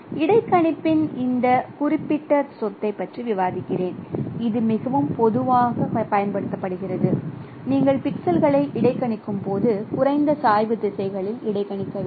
இடைக்கணிப்பின் இந்த குறிப்பிட்ட சொத்தைப் பற்றி விவாதிக்கிறேன் இது மிகவும் பொதுவாகப் பயன்படுத்தப்படுகிறது நீங்கள் பிக்சல்களை இடைக்கணிக்கும் போது குறைந்த சாய்வு திசைகளில் இடைக்கணிக்க வேண்டும்